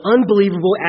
unbelievable